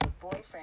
Boyfriend